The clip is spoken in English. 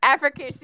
African